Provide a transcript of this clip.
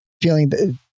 feeling